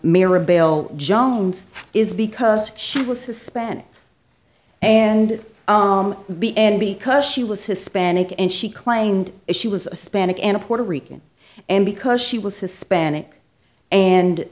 mirabelle jones is because she was hispanic and b and because she was hispanic and she claimed she was a spanish and puerto rican and because she was hispanic and